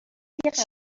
اگه